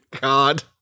God